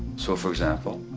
so for example,